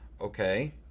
Okay